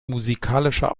musikalischer